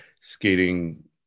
skating